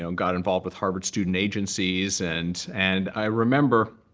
ah and got involved with harvard student agencies. and and i remember,